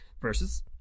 versus